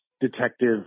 detective